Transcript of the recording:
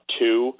two